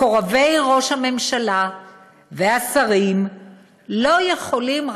מקורבי ראש הממשלה והשרים לא יכולים,